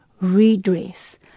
redress